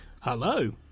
Hello